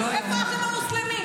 איפה האחים המוסלמים?